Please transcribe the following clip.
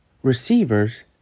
Receivers